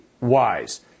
wise